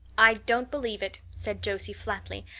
i don't believe it, said josie flatly.